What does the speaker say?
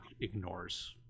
ignores